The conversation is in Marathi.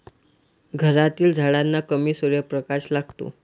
घरातील झाडांना कमी सूर्यप्रकाश लागतो